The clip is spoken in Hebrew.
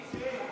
תמשיך, תמשיך.